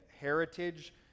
heritage